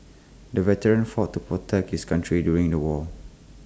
the veteran fought to protect his country during the war